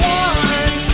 one